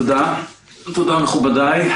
תודה, מכובדיי.